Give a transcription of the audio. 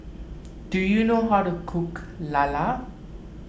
do you know how to cook Lala